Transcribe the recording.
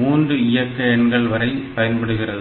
மூன்று இயக்க எண்கள் வரை பயன்படுகிறது